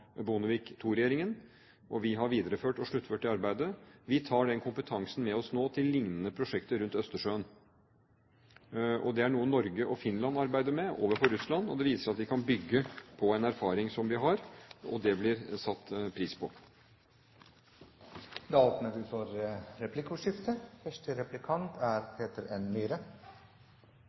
Bondevik II-regjeringen. Vi har videreført og sluttført det arbeidet. Vi tar nå den kompetansen med oss til lignende prosjekter rundt Østersjøen. Det er noe Norge og Finland arbeider med overfor Russland. Det viser at vi kan bygge på en erfaring som vi har, og det blir satt pris på. Det blir replikkordskifte. Det er